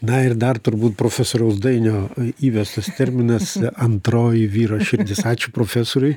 na ir dar turbūt profesoriaus dainio įvestas terminas antroji vyro širdis ačiū profesoriui